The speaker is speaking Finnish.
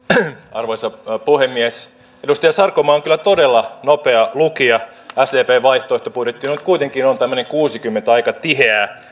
arvoisa puhemies edustaja sarkomaa on kyllä todella nopea lukija sdpn vaihtoehtobudjetti nyt kuitenkin on tämmöiset kuusikymmentä aika tiheää